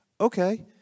Okay